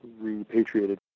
repatriated